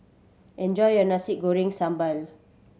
enjoy your Nasi Goreng Sambal